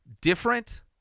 different